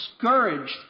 discouraged